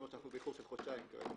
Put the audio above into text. זאת אומרת שאנחנו באיחור של חודשיים כרגע.